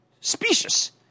specious